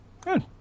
Good